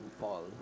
fall